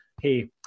hey